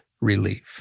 relief